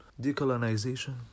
decolonization